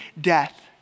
death